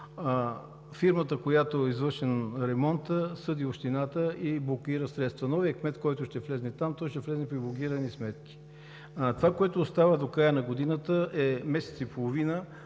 Фирмата, която е извършила ремонта, съди общината и блокира средства. Новият кмет, който ще влезе там, ще влезе при блокирани сметки. Това, което остава до края на годината, е месец и половина,